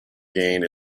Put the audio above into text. gain